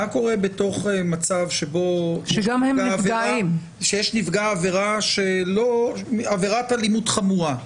מה קורה במצב שיש נפגע עבירת אלימות חמורה,